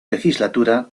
legislatura